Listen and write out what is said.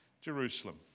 Jerusalem